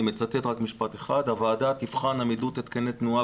אני מצטט רק משפט אחד: 'הוועדה תבחן עמידות התקני תנועה